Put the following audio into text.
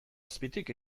azpitik